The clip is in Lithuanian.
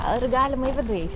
ar galima į vidų įeiti